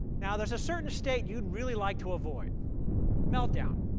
now, there's a certain state you'd really like to avoid meltdown.